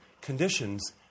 conditions